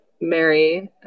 Mary